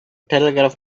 telegraph